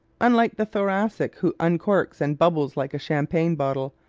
unlike the thoracic, who uncorks and bubbles like a champagne bottle,